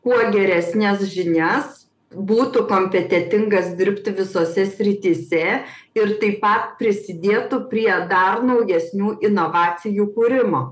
kuo geresnes žinias būtų kompetentingas dirbti visose srityse ir taip pat prisidėtų prie dar naujesnių inovacijų kūrimo